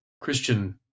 Christian